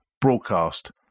broadcast